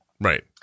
right